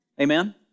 Amen